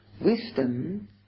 wisdom